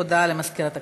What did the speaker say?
הודעה למזכירת הכנסת.